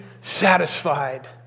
satisfied